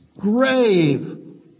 Grave